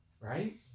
Right